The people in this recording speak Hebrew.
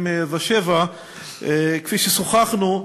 כפי ששוחחנו,